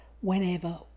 whenever